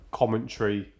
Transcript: commentary